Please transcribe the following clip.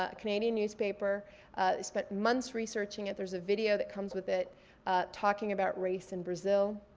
ah canadian newspaper. they spent months researching it. there's a video that comes with it talking about race in brazil.